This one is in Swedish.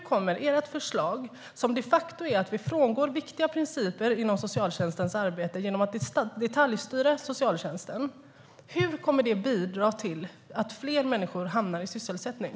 Ert förslag innebär de facto att vi frångår viktiga principer inom socialtjänstens arbete genom att detaljstyra den. Hur kommer det att bidra till att fler människor kommer i sysselsättning?